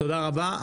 תודה רבה.